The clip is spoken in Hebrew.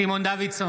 נגד סימון דוידסון,